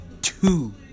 two